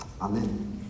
Amen